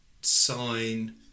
sign